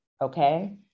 okay